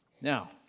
Now